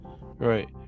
Right